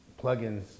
plugins